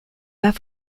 pas